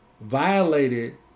violated